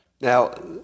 Now